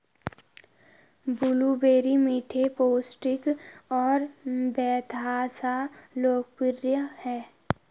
blueberry मीठे, पौष्टिक और बेतहाशा लोकप्रिय हैं